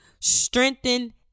strengthen